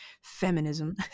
feminism